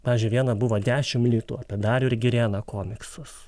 pavyzdžiui viena buvo dešim litų apie darių ir girėną komiksas